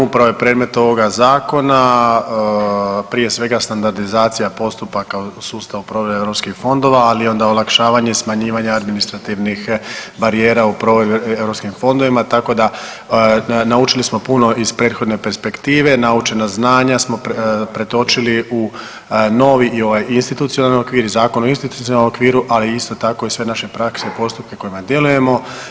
Upravo je predmet ovog zakona prije svega standardizacija postupaka u sustavu povrede EU fondova, ali onda i olakšavanje smanjivanja administrativnih barijera u provedbi europskim fondovima, tako da naučili smo puno iz prethodne perspektive, naučena znanja smo pretočili u novi institucionalni okvir i Zakon o institucionalnom okviru, ali isto tako i sve naše prakse, postupke kojima djelujemo.